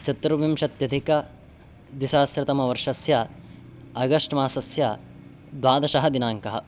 चतुर्विंशत्यधिक द्विसहस्रतमवर्षस्य अगस्ट् मासस्य द्वादशः दिनाङ्कः